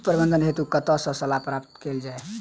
कीट प्रबंधन हेतु कतह सऽ सलाह प्राप्त कैल जाय?